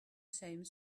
same